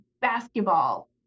basketball